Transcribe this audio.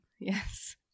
Yes